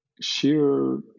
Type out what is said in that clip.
sheer